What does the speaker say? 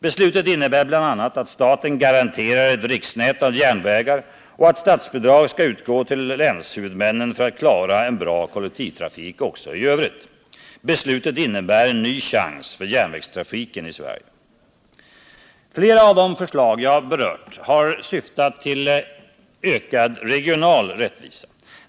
Beslutet innebär bl.a. att staten garanterar ett riksnät av järnvägar och att statsbidrag skall utgå till länshuvudmännen för att de skall kunna klara en bra kollektivtrafik också i övrigt. Beslutet innebär en ny chans för järnvägstrafiken i Sverige. Flera av de förslag jag berört har syftat till ökad regional rättvisa.